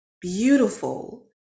beautiful